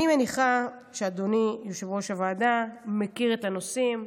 אני מניחה שאדוני יושב-ראש הוועדה מכיר את הנושאים.